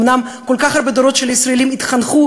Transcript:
אומנם כל כך הרבה דורות של ישראלים התחנכו,